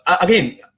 again